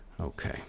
Okay